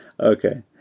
Okay